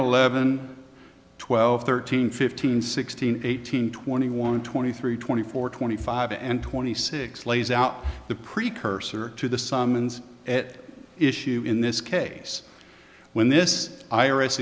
eleven twelve thirteen fifteen sixteen eighteen twenty one twenty three twenty four twenty five and twenty six lays out the precursor to the summons at issue in this case when this iris